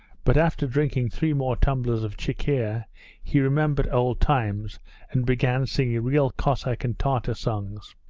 but after drinking three more tumblers of chikhir he remembered old times and began singing real cossack and tartar songs.